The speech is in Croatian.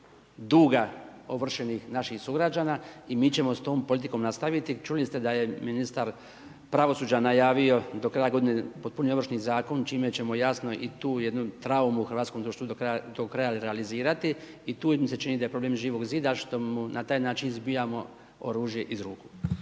duga ovršenih naših sugrađana i mi ćemo s tom politikom nastaviti. Čuli ste da je ministar pravosuđa najavio do kraja godine potpuni ovršni zakon čime ćemo jasno i tu jednu traumu u hrvatskom društvu do kraja realizirati i tu mi se čini da je problem Živog zida što mu na taj način zbijamo oružje iz ruku.